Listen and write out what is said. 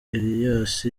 elias